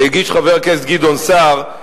שהגיש חבר הכנסת גדעון סער,